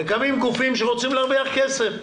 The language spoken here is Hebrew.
שרוצים להרוויח כסף.